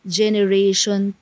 generation